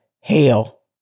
hell